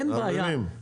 אין בעיה,